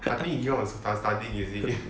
I think he all the time studying is it